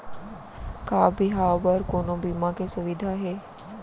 का बिहाव बर कोनो बीमा के सुविधा हे?